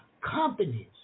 Companies